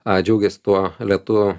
džiaugiasi tuo lėtu